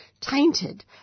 tainted